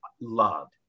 loved